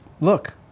look